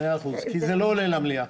זה לא עולה למליאה.